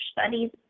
studies